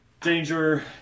Danger